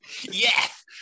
Yes